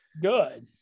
Good